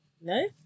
No